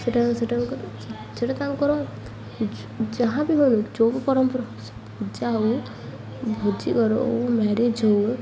ସେଟା ସେଟା ତାଙ୍କର ଯାହା ବି ହଉ ଯେଉଁ ପରମ୍ପରା ହଉ ପୂଜା ହଉ ଭୋଜି ଘର ହଉ ମ୍ୟାରେଜ୍ ହଉ